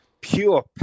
pure